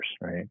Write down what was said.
right